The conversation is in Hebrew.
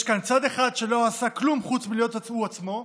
יש כאן צד אחד שלא עשה כלום חוץ מלהיות הוא עצמו,